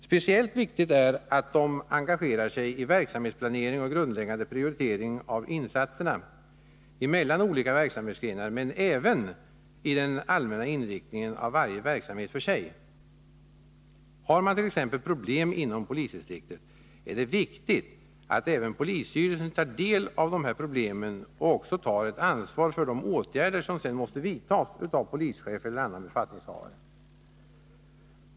Speciellt viktigt är att de engagerar sig i verksamhetsplanering och grundläggande prioritering av insatserna från olika verksamhetsgrenar — men även i den allmänna inriktningen av varje verksamhet för sig. Har man t.ex. problem inom Polisdistriktet, är det viktigt att även polisstyrelsen tar del av dessa problem och också tar ett ansvar för de åtgärder som sedan måste vidtas av polischef eller annan befattningshavare.